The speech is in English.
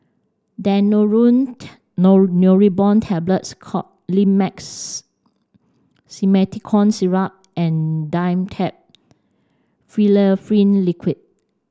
Daneuron Neurobion Tablets Colimix Simethicone Syrup and Dimetapp Phenylephrine Liquid